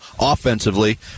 offensively